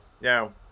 Now